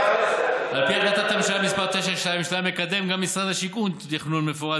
על פי החלטת הממשלה 922 מקדם גם משרד השיכון תכנון מפורט